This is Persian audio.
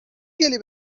گلی